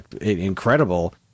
incredible